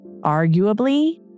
arguably